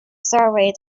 survey